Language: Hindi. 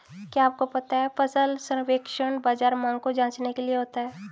क्या आपको पता है फसल सर्वेक्षण बाज़ार मांग को जांचने के लिए होता है?